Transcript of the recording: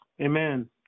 Amen